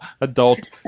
adult